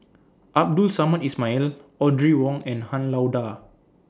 Abdul Samad Ismail Audrey Wong and Han Lao DA